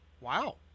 Wow